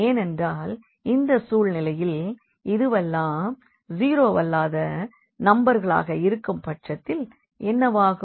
ஏனென்றால் இந்த சூழ்நிலையில் இதுவெல்லாம் ஜீரோவல்லாத நம்பர்களாக இருக்கும் பட்சத்தில் என்னவாகும்